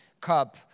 cup